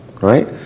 right